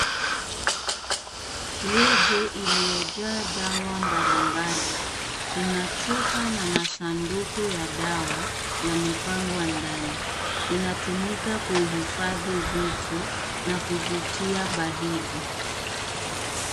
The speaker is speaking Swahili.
Friji iliyojaa dawa mbalimbali. Kuna chupa na masanduku ya dawa yamepangwa ndani. Inatumika kuhifadhi vitu na kuzitia baridi.